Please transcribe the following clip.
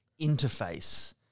interface